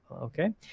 Okay